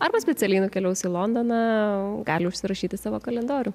arba specialiai nukeliaus į londoną gali užsirašyt į savo kalendorių